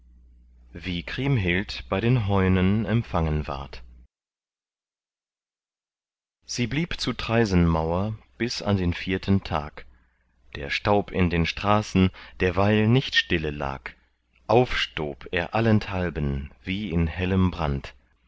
wie kriemhild bei den heunen empfangen ward sie blieb zu traisenmauer bis an den vierten tag der staub in den straßen derweil nicht stille lag aufstob er allenthalben wie in hellem brand